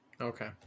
Okay